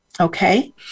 Okay